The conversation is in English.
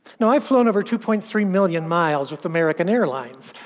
now, i've flown over two point three million miles with american airlines.